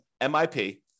MIP